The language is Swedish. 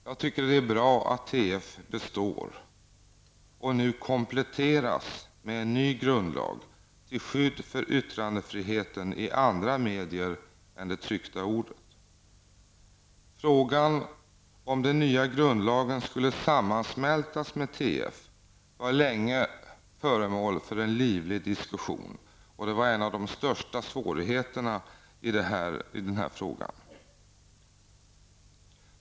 Jag tycker att det är bra att TF består och nu kompletteras med en ny grundlag, till skydd för yttrandefriheten i andra medier än det tryckta ordet. Frågan om den nya grundlagen skulle sammansmältas med TF var länge föremål för en livlig diskussion. Det var en av de största svårigheterna i det här sammanhanget.